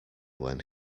when